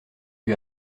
lui